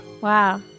Wow